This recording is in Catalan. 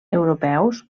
europeus